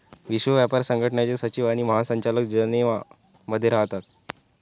विश्व व्यापार संघटनेचे सचिव आणि महासंचालक जनेवा मध्ये राहतात